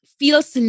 feels